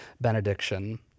benediction